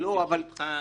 ברשותך,